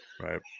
Right